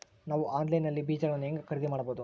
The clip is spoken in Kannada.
ನಾವು ಆನ್ಲೈನ್ ನಲ್ಲಿ ಬೇಜಗಳನ್ನು ಹೆಂಗ ಖರೇದಿ ಮಾಡಬಹುದು?